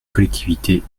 collectivités